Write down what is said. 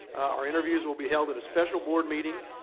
our interviews will be held at a special board meeting.